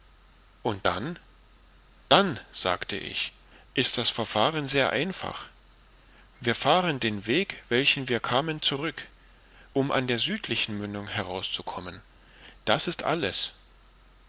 und dann dann sagte ich ist das verfahren sehr einfach wir fahren den weg welchen wir kamen zurück um an der südlichen mündung heraus zu kommen das ist alles